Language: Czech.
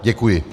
Děkuji.